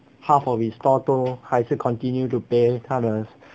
half of his store 都还是 continue to pay 他的